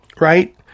Right